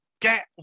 get